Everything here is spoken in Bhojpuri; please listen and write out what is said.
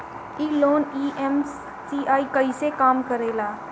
ई लोन ई.एम.आई कईसे काम करेला?